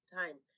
time